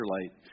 light